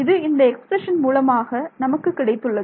இது இந்த எக்ஸ்பிரஷன் மூலமாக நமக்கு கிடைத்துள்ளது